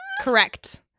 Correct